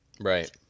Right